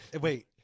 Wait